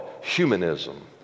humanism